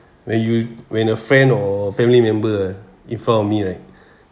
when you when a friend or family member in front of me right